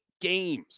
games